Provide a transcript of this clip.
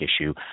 issue